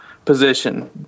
Position